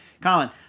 Colin